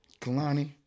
Kalani